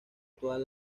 todas